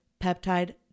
peptide